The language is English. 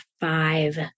five